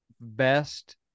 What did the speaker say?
best